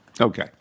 Okay